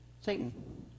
Satan